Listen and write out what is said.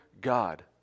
God